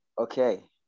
Okay